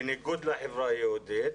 בניגוד לחבר היהודית.